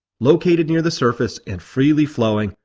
located near the surface and freely flowing,